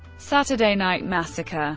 saturday night massacre